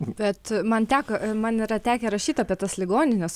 bet man teko man yra tekę rašyt apie tas ligonines